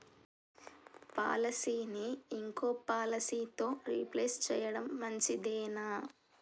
పాలసీని ఇంకో పాలసీతో రీప్లేస్ చేయడం మంచిదేనా?